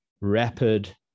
rapid